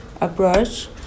approach